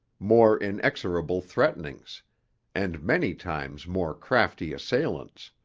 more inexorable threatenings and many times more crafty assailants.